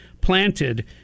planted